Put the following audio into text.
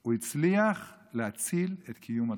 הוא הצליח להציל את קיום התורה.